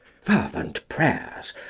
fervent prayers,